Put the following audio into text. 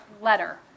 letter